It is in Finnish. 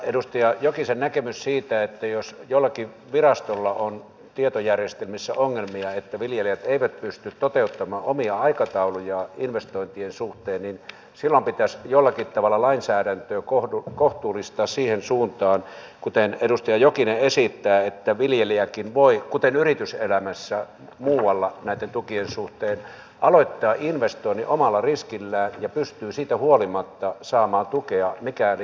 edustaja jokisen näkemys siitä että jos jollakin virastolla on tietojärjestelmissä ongelmia ja viljelijät eivät pysty toteuttamaan omia aikataulujaan investointien suhteen niin silloin pitäisi jollakin tavalla lainsäädäntöä kohtuullistaa siihen suuntaan kuten edustaja jokinen esittää että viljelijäkin voi kuten yrityselämässä muualla näitten tukien suhteen aloittaa investoinnin omalla riskillään ja pystyy siitä huolimatta saamaan tukea mikäli tukiedellytykset täyttyvät